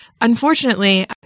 Unfortunately